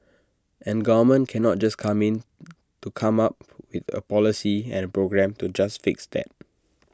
and government cannot just come in to come up with A policy and A program to just fix that